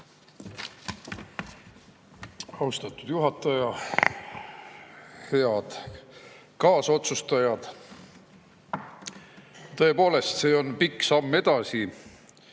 Austatud juhataja! Head kaasotsustajad! Tõepoolest, see on pikk samm edasi,